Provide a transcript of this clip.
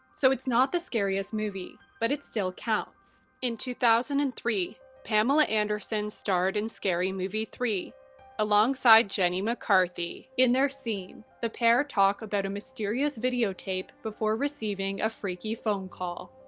so it's not the scariest movie, but it still counts. in two thousand and three, pamela anderson starred in scary movie three alongside jenny mccarthy. in their scene, the pair talk about a mysterious videotape before receiving a freaky phone call.